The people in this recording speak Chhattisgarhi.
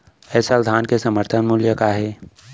ए साल धान के समर्थन मूल्य का हे?